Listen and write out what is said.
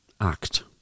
act